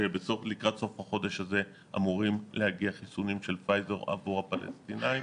שלקראת סוף החודש הזה אמורים להגיע חיסונים של פייזר עבור הפלסטינים.